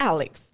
Alex